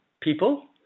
people